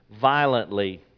violently